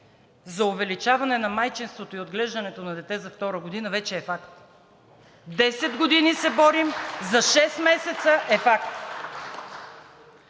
за увеличаване на майчинството и отглеждането на дете за втора година вече е факт – десет години се борим, за шест месеца е факт.